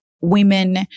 women